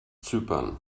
zypern